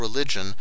Religion